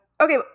Okay